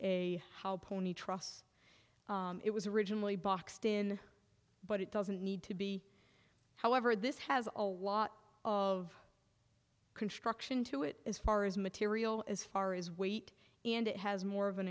a pony truss it was originally boxed in but it doesn't need to be however this has a lot of construction to it as far as material as far as weight and it has more of an